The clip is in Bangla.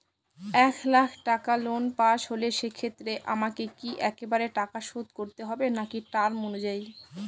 এক লাখ টাকা লোন পাশ হল সেক্ষেত্রে আমাকে কি একবারে টাকা শোধ করতে হবে নাকি টার্ম অনুযায়ী?